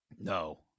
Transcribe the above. No